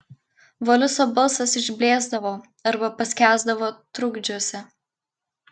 voliso balsas išblėsdavo arba paskęsdavo trukdžiuose